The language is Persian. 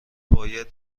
باید